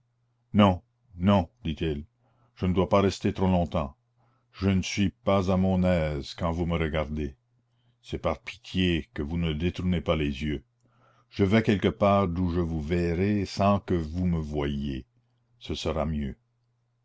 non non dit-il je ne dois pas rester trop longtemps je ne suis pas à mon aise quand vous me regardez c'est par pitié que vous ne détournez pas les yeux je vais quelque part d'où je vous verrai sans que vous me voyiez ce sera mieux